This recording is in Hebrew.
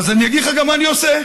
אז אני אגיד לך גם מה אני עושה.